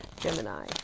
Gemini